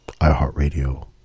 iHeartRadio